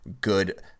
good –